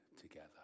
together